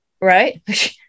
Right